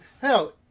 hell